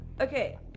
Okay